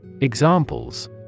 Examples